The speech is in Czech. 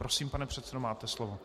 Prosím, pane předsedo, máte slovo.